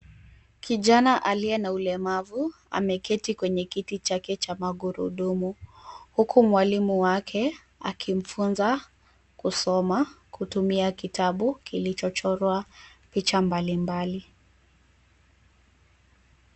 Kijana aliye na ulemavu ameketi kwenye kiti chake cha magurudumu huku mwalimu wake akimfunza kusoma kutumia kitabu kilichochorwa picha mbalimbali.